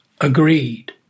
agreed